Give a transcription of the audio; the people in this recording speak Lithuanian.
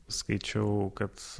skaičiau kad